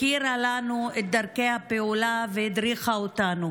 הכירה לנו את דרכי הפעולה והדריכה אותנו.